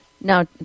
now